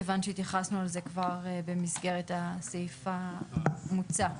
כיוון שהתייחסנו לזה כבר במסגרת הסעיף המוצע,